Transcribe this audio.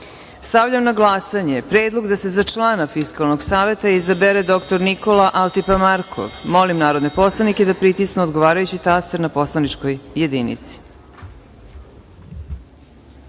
Saveta. Stavljam na glasanje Predlog da se za člana Fiskalnog Saveta izabere dr Nikola Altiparmakov. Molim narodne poslanike da pritisnu odgovarajući taster na poslaničkoj